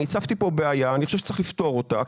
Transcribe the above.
אני הצפתי כאן בעיה ואני חושב שצריך לפתור אותה.